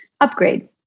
upgrade